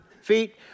feet